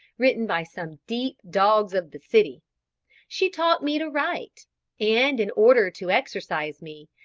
written by some deep dogs of the city she taught me to write and in order to exercise me,